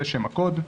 זה שם הקוד.